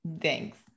Thanks